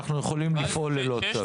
אנחנו יכולים לפעול ללא צו.